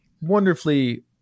wonderfully